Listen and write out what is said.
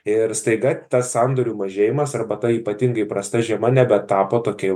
ir staiga tas sandorių mažėjimas arbata ypatingai prasta žiema nebe tapo tokia jau